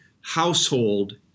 household